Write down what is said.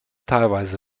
teilweise